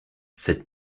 cette